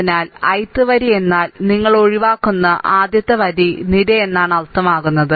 അതിനാൽ ith വരി എന്നാൽ നിങ്ങൾ ഒഴിവാക്കുന്ന ആദ്യ വരി നിര എന്നാണ് അർത്ഥമാക്കുന്നത്